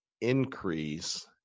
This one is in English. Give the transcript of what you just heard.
increase